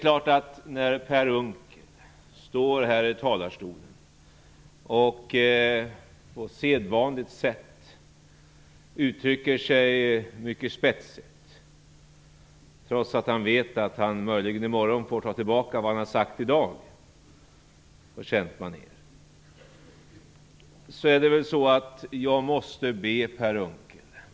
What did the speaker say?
Per Unckel står här i talarstolen och uttrycker sig på sedvanligt sätt mycket spetsigt, trots att han vet att han i morgon möjligen får ta tillbaka vad han har sagt i dag, på känt manér.